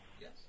Yes